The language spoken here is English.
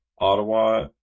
Ottawa